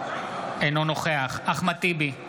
אינו נוכח אחמד טיבי,